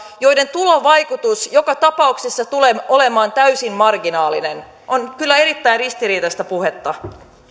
joiden tulovaikutus joka tapauksessa tulee olemaan täysin marginaalinen on kyllä erittäin ristiriitaista puhetta